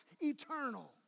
eternal